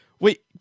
Wait